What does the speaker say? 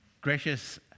Gracious